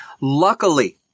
Luckily